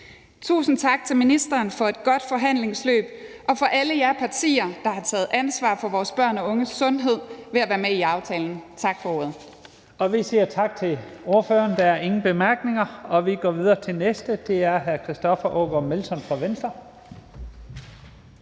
Tusind tak til ministeren for et godt forhandlingsforløb og til alle jer partier, der har taget ansvar for vor børns og unges sundhed ved at være med i aftalen. Tak for ordet. Kl. 15:05 Første næstformand (Leif Lahn Jensen): Tak til ordføreren. Der er ingen korte bemærkninger. Vi går videre til den næste, og det er hr. Christoffer Aagaard Melson fra Venstre.